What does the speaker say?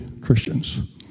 Christians